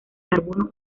carbono